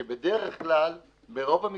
שבדרך כלל, ברוב המקרים,